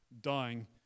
dying